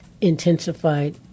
intensified